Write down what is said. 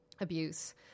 abuse